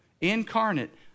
incarnate